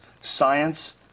science